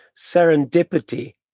serendipity